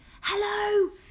Hello